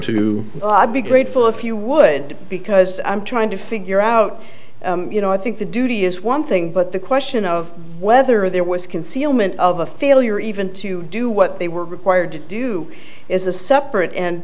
to be grateful if you would because i'm trying to figure out you know i think the duty is one thing but the question of whether there was concealment of a failure even to do what they were required to do is a separate and